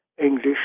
English